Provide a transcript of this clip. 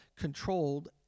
controlled